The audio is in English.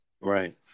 Right